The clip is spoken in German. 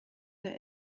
der